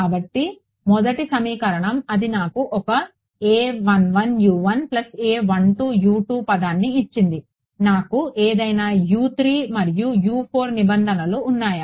కాబట్టి మొదటి సమీకరణం అది నాకు ఒక పదాన్ని ఇచ్చింది నాకు ఏదైనా మరియు నిబంధనలు ఉన్నాయా